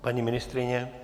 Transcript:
Paní ministryně?